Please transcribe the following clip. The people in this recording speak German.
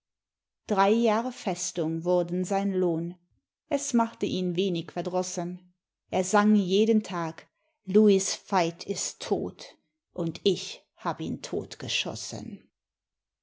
drei jahre festung wurden sein lohn es machte ihn wenig verdrossen er sang jeden tag louis veit ist tot und ich hab ihn totgeschossen